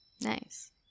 nice